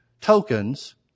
tokens